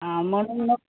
हा म्हणून मग